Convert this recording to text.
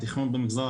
שמתגלגל.